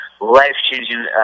life-changing